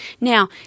Now